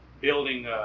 building